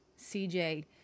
CJ